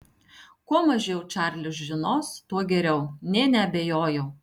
kuo mažiau čarlis žinos tuo geriau nė neabejojau